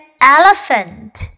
elephant